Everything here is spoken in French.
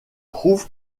prouve